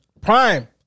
Prime